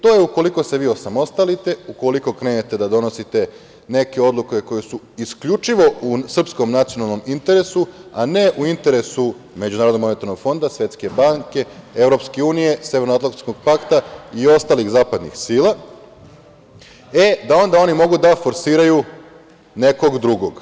To je ukoliko se vi osamostalite, ukoliko krenete da donosite neke odluke koje su isključivo u srpskom nacionalnom interesu, a ne u interesu MMF, Svetske banke, Evropske unije, Severnoatlantskog pakta i ostalih zapadnih sila, e, da onda oni mogu da forsiraju nekog drugog.